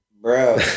Bro